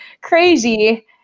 crazy